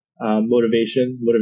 motivation